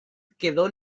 quedó